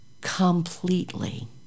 completely